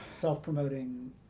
self-promoting